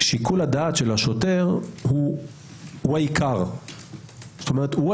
שיקול הדעת של השוטר הוא